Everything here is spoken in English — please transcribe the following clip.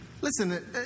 Listen